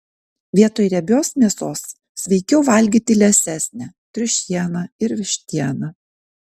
vietoj riebios mėsos sveikiau valgyti liesesnę triušieną ir vištieną